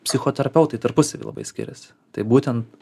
psichoterapeutai tarpusavy labai skiriasi tai būtent